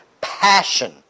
passion